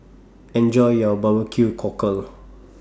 Enjoy your Barbecue Cockle